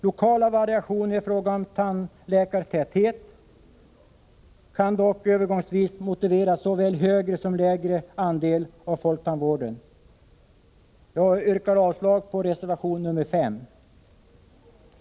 Lokala variationer ifråga om tandläkartäthet kan dock övergångsvis motivera såväl högre som lägre andel folktandvård. Jag yrkar avslag på reservation 5.